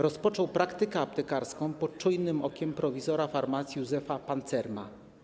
Rozpoczął praktykę aptekarską pod czujnym okiem prowizora farmacji Józefa Pancerama.